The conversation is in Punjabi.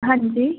ਹਾਂਜੀ